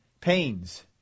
Pains